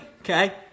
okay